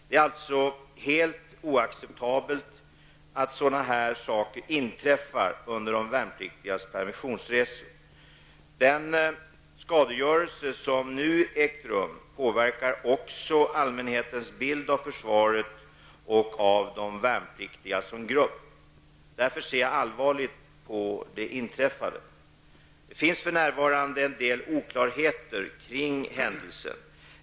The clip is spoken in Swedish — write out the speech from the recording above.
Det är alltså helt oacceptabelt att sådana här saker inträffar under de värnpliktigas permissionsresor. Den skadegörelse som nu ägt rum påverkar också allmänhetens bild av försvaret och av de värnpliktiga som grupp. Därför ser jag allvarligt på det inträffade. Det finns för närvarande en del oklarheter kring händelsen.